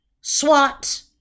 SWAT